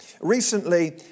Recently